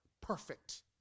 perfect